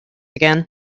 again